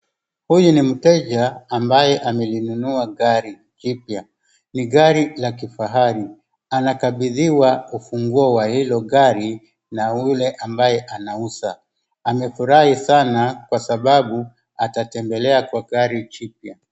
Huyu ni mteja ambaye amelinunua gari jipya, ni gari la kifahari . Anakabidhiwa ufunguo wa hilo gari na ule ambaye anauza. Amefurahi sana kwa sababu atatembelea kwa gari jipya.